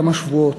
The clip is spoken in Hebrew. כמה שבועות,